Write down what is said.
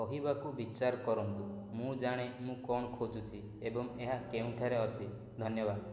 କହିବାକୁ ବିଚାର କରନ୍ତୁ ମୁଁ ଜାଣେ ମୁଁ କ'ଣ ଖୋଜୁଛି ଏବଂ ଏହା କେଉଁଠାରେ ଅଛି ଧନ୍ୟବାଦ